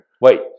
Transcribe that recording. Wait